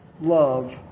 love